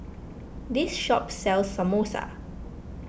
this shop sells Samosa